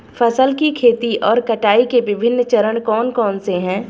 फसल की खेती और कटाई के विभिन्न चरण कौन कौनसे हैं?